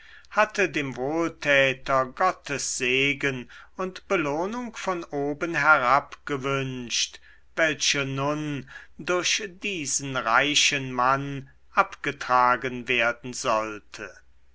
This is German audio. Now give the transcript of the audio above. hatte dem wohltäter gottessegen und belohnung von oben herabgewünscht welche nun durch diesen reichen mann abgetragen werden sollte